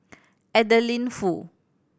Adeline Foo